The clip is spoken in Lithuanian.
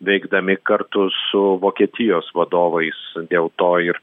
veikdami kartu su vokietijos vadovais dėl to ir